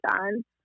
on